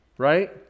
Right